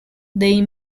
they